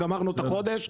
גמרנו את החודש,